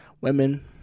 women